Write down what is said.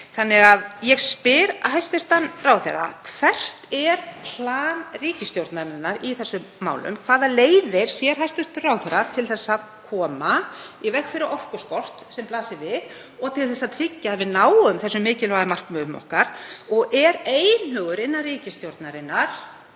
í þessu. Ég spyr því hæstv. ráðherra: Hvert er plan ríkisstjórnarinnar í þessum málum? Hvaða leiðir sér hæstv. ráðherra til að koma í veg fyrir orkuskort, sem blasir við, og til að tryggja að við náum þessum mikilvægu markmiðum okkar? Er einhugur innan ríkisstjórnarinnar